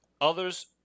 Others